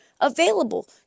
available